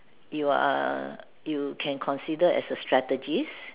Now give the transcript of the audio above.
you're you can consider as a strategist